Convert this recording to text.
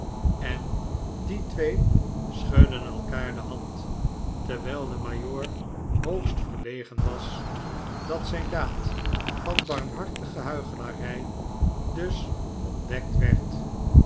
en die twee schudden elkaar de hand terwijl de majoor hoogst verlegen was dat zijn daad van bannhartige huichelarij dus ontdekt werd